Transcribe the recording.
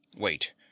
Wait